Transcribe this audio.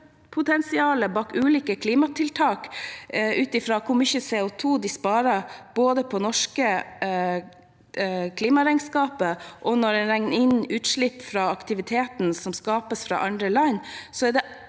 ut fra hvor mye CO2 de sparer både på det norske klimaregnskapet og når en regner inn utslipp aktivitetene skaper i andre land,